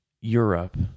Europe